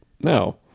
no